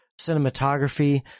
cinematography